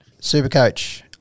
Supercoach